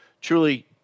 truly